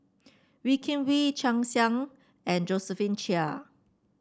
Wee Kim Wee Chia Ann Siang and Josephine Chia